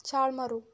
ਛਾਲ ਮਾਰੋ